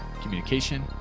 communication